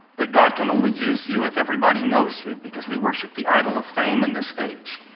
that god can only use you if everybody knows you, because we worship the idol of fame in this age.